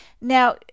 Now